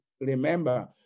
remember